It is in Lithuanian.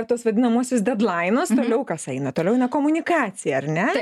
tuos vadinamuosius dedlainus toliau kas eina toliau eina komunikacija ar ne